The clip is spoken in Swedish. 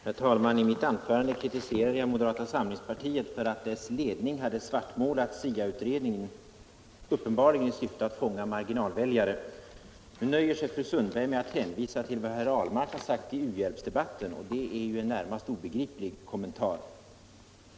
Herr talman! I mitt anförande kritiserade jag moderata samlingspartiet för att dess ledning hade svartmålat SIA-utredningen uppenbarligen i syfte att fånga marginalväljare. Nu nöjer sig fru Sundberg med att hänvisa till vad herr Ahlmark sagt i u-hjälpsdebatten, och det är ju en i det närmaste obegriplig kommentar.